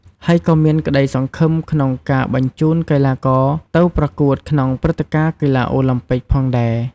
ហើយក៏មានក្តីសង្ឃឹមក្នុងការបញ្ជូនកីឡាករទៅប្រកួតក្នុងព្រឹត្តិការណ៍កីឡាអូឡាំពិកផងដែរ។